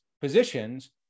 positions